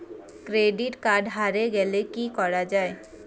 Credit card হারে গেলে কি করা য়ায়?